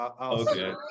Okay